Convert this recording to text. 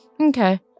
Okay